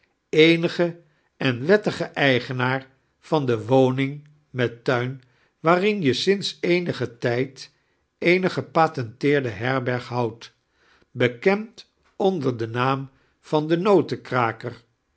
eenige en wettige eigenaar van de woning met turn waarin je sinds eenigen tijd eene gepatenteerde herberg houdfa bekend ondeir den naam van de note